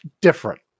different